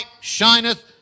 shineth